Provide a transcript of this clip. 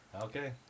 Okay